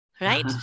Right